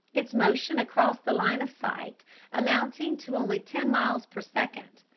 its motion across the line of sight amounting to only ten miles per second,